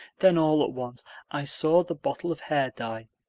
then all at once i saw the bottle of hair dye.